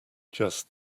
just